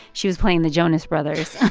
she was playing the jonas brothers